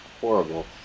horrible